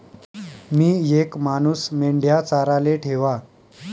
मी येक मानूस मेंढया चाराले ठेवा